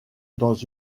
dans